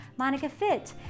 monicafit